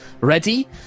ready